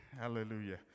Hallelujah